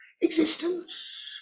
existence